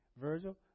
Virgil